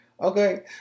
Okay